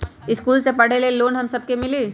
इश्कुल मे पढे ले लोन हम सब के मिली?